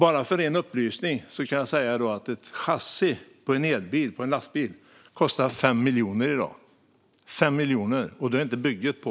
Bara som en ren upplysning kan jag säga att ett chassi till en elbil, en lastbil, kostar 5 miljoner i dag - 5 miljoner, och då är inte bygget på.